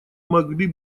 могли